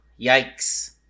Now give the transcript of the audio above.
Yikes